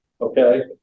okay